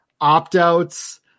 opt-outs